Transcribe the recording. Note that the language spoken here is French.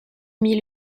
mille